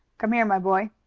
come here, my boy,